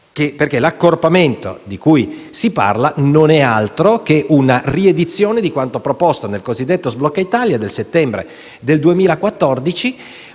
perché l'accorpamento di cui si parla non è altro che una riedizione di quanto proposto nel cosiddetto sblocca Italia del settembre 2014,